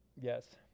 Yes